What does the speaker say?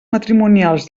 matrimonials